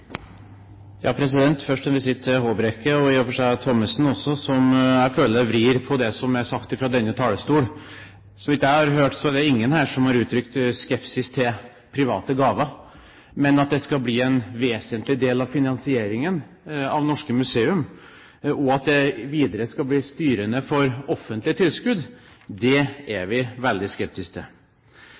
Først en visitt til Håbrekke og i og for seg også Thommessen, som jeg føler vrir på det som er sagt fra denne talerstol. Så vidt jeg har hørt, er det ingen her som har gitt uttrykk for skepsis mot private gaver. Men at det skal bli en vesentlig del av finansieringen av norske museer, og at det videre skal bli styrende for offentlige tilskudd, er vi veldig skeptisk til.